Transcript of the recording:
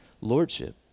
Lordship